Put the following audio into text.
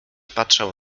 patrzał